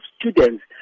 students